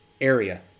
area